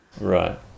Right